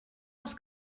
els